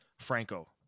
Franco